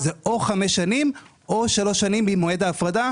זה או חמש שנים או שלוש שנים ממועד ההפרדה,